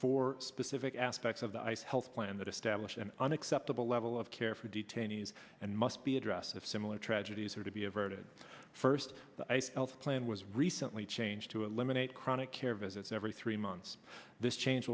four specific aspects of the ice health plan that establish an unacceptable level of care for detainees and must be addressed if similar tragedies are to be averted first i felt the plan was recently changed to eliminate chronic care visits every three months this change